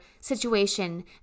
situation